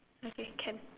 okay can